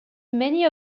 many